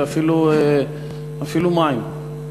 ואפילו מים.